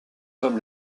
comme